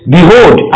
Behold